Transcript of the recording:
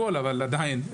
כאן.